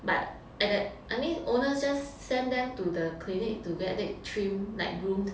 but at that I mean owners just send them to the clinic to get it trimmed like groomed